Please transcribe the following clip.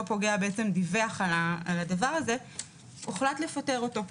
אותו פוגע דיווח על הדבר הזה - הוחלט לפטר אותו,